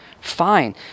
fine